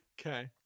Okay